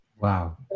Wow